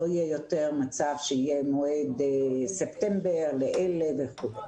לא יהיה יותר מצב שיהיה מועד ספטמבר לאלה וכו'.